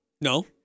No